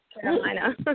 Carolina